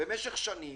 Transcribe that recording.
במשך שנים,